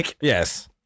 yes